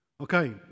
Okay